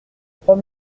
trois